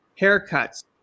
haircuts